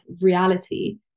reality